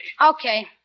Okay